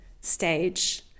stage